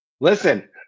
Listen